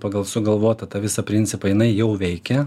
pagal sugalvotą tą visą principą jinai jau veikia